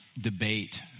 debate